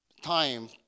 time